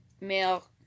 male